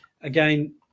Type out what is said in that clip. again